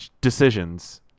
decisions